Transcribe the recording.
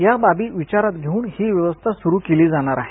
या बाबी विचारात घेऊन ही व्यवस्था सुरू केली जाणार आहे